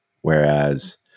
Whereas